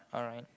alright